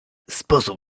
sposób